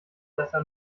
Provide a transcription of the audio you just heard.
besser